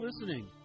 listening